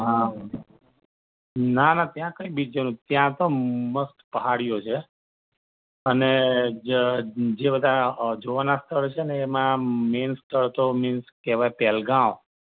હા ના ના ત્યાં કંઈ બીચ જેવું ત્યાં તો મસ્ત પહાડીઓ છે અને જ જે બધા જોવાનાં સ્થળ છે ને એમાં મેઈન સ્થળ તો મિન્સ કહેવાય પહેલગામ